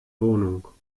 wohnung